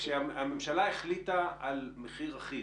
כשהממשלה החליטה על מחיר אחיד,